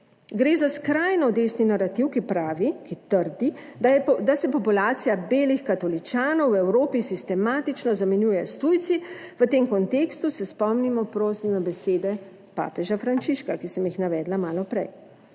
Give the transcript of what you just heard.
Gre za skrajno desni narativ, ki pravi, ki trdi, da se populacija belih katoličanov v Evropi sistematično zamenjuje s tujci. V tem kontekstu se spomnimo, prosim, na besede papeža Frančiška, ki sem jih navedla malo prej.